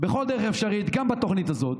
בכל דרך אפשרית, גם בתוכנית הזאת,